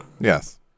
Yes